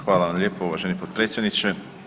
Hvala vam lijepo uvaženi potpredsjedniče.